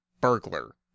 burglar